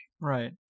right